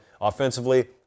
Offensively